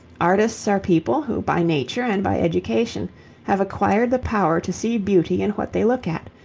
artists are people who by nature and by education have acquired the power to see beauty in what they look at,